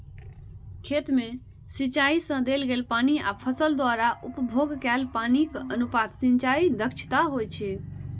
खेत मे सिंचाइ सं देल गेल पानि आ फसल द्वारा उपभोग कैल पानिक अनुपात सिंचाइ दक्षता होइ छै